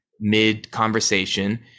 mid-conversation